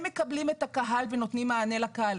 הם מקבלים את הקהל ונותנים מענה לקהל.